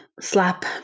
slap